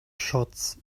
shots